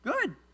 Good